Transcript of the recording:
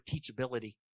teachability